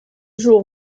jour